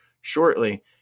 shortly